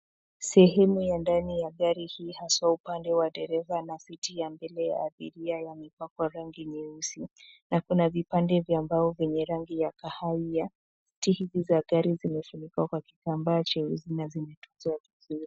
Sehemu ya ndani ya gari hii haswa ya drereva na (cs)seat(cs)ya mbele ya abiria yamepakwa rangi nyeusi. Kuna vipande ya mbao yenye rangi ya kahawia. Viti vya gari vimefunikwa na kitambaa cheusi na vimetuzwa vizuri.